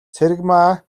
цэрэгмаа